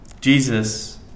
Jesus